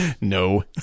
No